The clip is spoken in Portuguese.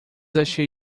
achei